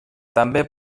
també